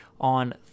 on